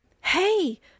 Hey